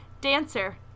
Dancer